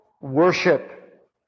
Worship